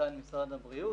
ממנכ"ל משרד הבריאות.